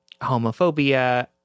homophobia